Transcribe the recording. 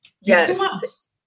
Yes